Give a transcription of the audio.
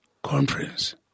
Conference